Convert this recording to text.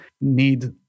need